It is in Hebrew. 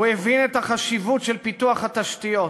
הוא הבין את החשיבות של פיתוח התשתיות,